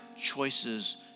choices